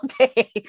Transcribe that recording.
okay